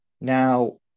Now